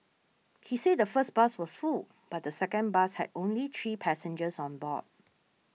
he said the first bus was full but the second bus had only three passengers on board